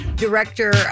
director